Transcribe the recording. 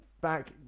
back